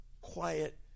quiet